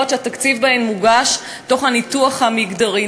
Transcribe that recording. שהתקציב בהן מוגש תוך הניתוח המגדרי.